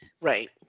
Right